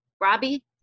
robbie